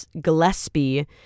Gillespie